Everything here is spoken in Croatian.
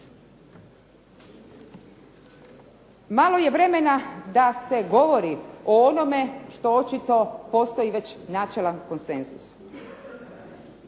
Malo je vremena da se govori o onome što već postoji načelan konsenzus,